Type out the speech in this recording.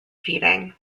feeding